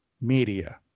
media